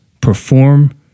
perform